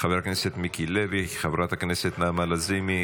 חבר הכנסת מיקי לוי,